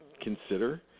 consider